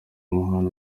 muhanzi